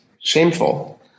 shameful